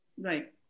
Right